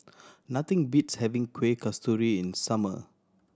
nothing beats having Kueh Kasturi in the summer